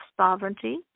sovereignty